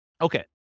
Okay